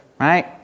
right